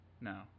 no